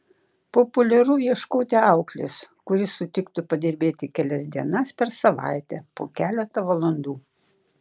populiaru ieškoti auklės kuri sutiktų padirbėti kelias dienas per savaitę po keletą valandų